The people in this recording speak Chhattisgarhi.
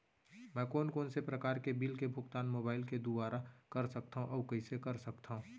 मैं कोन कोन से प्रकार के बिल के भुगतान मोबाईल के दुवारा कर सकथव अऊ कइसे कर सकथव?